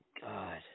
God